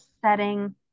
setting